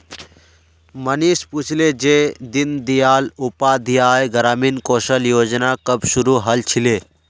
मनीष पूछले जे दीन दयाल उपाध्याय ग्रामीण कौशल योजना कब शुरू हल छिले